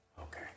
Okay